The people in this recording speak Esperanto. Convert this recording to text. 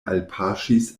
alpaŝis